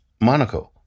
Monaco